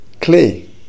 clay